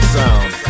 sound